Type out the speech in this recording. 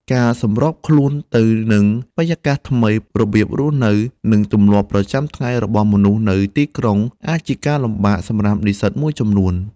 ការសម្របខ្លួនទៅនឹងបរិយាកាសថ្មី របៀបរស់នៅ និងទម្លាប់ប្រចាំថ្ងៃរបស់មនុស្សនៅទីក្រុង អាចជាការលំបាកសម្រាប់និស្សិតមួយចំនួន។